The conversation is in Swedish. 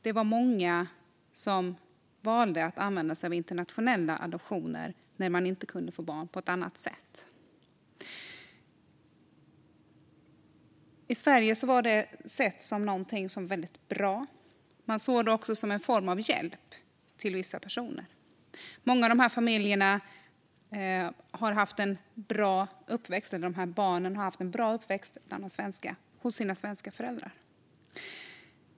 Det var många som valde att använda sig av internationella adoptioner när man inte kunde få barn på annat sätt. I Sverige sågs det som någonting väldigt bra. Man såg det också som en form av hjälp till vissa personer, och många av de här barnen har haft en bra uppväxt hos sina svenska föräldrar.